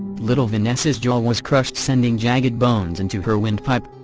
little vanessa's jaw was crushed sending jagged bones into her windpipe.